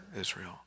Israel